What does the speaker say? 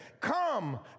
Come